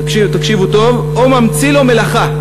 תקשיבו טוב, "או ממציא לו מלאכה,